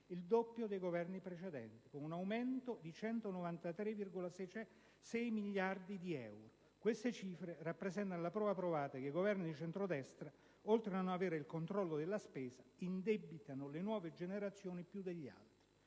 al doppio dei Governi precedenti, con un aumento di 193,6 miliardi di euro. Queste cifre rappresentano la prova provata che i Governi di centrodestra, oltre a non avere il controllo della spesa, indebitano le nuove generazioni più degli altri.